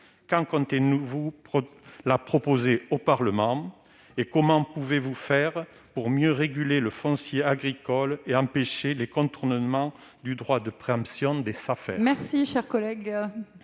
Quand proposerez-vous au Parlement ? Comment comptez-vous agir pour mieux réguler le foncier agricole et empêcher les contournements du droit de préemption des Safer ?